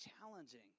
challenging